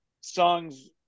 songs